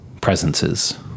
presences